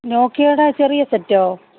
നോക്കിയേടെ ചെറിയ സെറ്റോ